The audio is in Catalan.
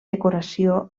decoració